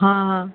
ہاں ہاں